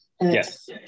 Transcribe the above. Yes